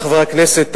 חברי חברי הכנסת,